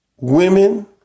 Women